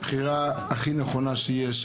בחירה הכי נכונה שיש,